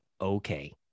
okay